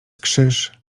krzyż